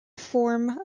form